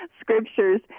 scriptures